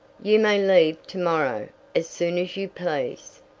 you may leave to-morrow as soon as you please.